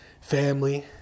family